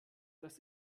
das